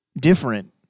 different